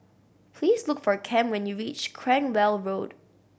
please look for Cam when you reach Cranwell Road